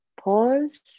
pause